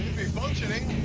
functioning.